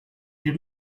did